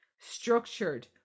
structured